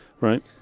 Right